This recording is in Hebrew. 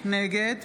נגד